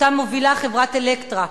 שמובילה חברת "אלקטרה",